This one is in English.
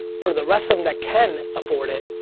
for the rest of them that can afford it,